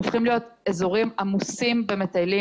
הופכים להיות אזורים עמוסים במטיילים,